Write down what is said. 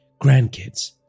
grandkids